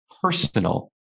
personal